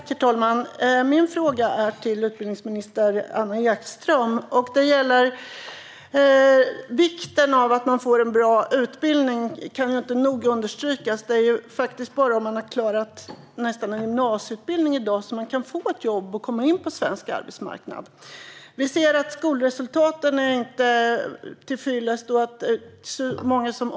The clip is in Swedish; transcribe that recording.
Herr talman! Min fråga är till utbildningsminister Anna Ekström. Den gäller vikten av att få en bra utbildning, vilket inte nog kan understrykas. I dag är det nästan bara om man har klarat en gymnasieutbildning som man kan få ett jobb och komma in på svensk arbetsmarknad. Vi ser att skolresultaten inte är till fyllest.